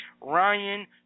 Ryan